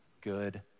Good